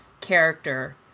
character